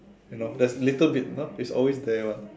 and know there's little bit no it's always there one